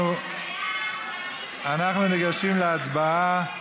אנחנו ניגשים להצבעה.